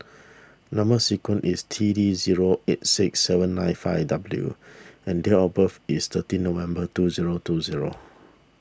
Number Sequence is T D zero eight six seven nine five W and date of birth is thirty November two zero two zero